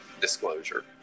disclosure